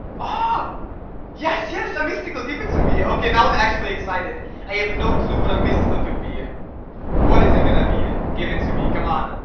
ah yes, yes a mystical give it to me okay now, i'm actually excited i have no clue what a mystical could be ah what is it gonna be yeah, give it to me come on!